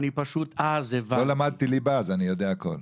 לא למדתי ליבה אז אני יודע הכול.